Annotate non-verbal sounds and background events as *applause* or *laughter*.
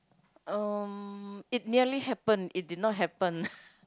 um it nearly happened it did not happen *laughs*